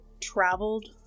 traveled